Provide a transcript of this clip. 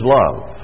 love